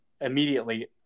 immediately